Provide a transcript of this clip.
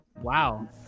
Wow